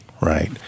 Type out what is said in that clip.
right